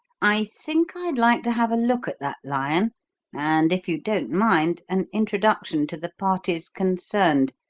i think i'd like to have a look at that lion and, if you don't mind, an introduction to the parties concerned.